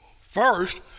First